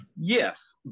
Yes